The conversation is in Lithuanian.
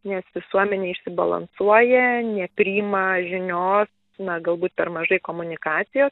nes visuomenė išsibalansuoja nepriima žinios na galbūt per mažai komunikacijos